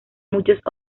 muchos